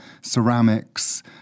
ceramics